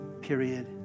Period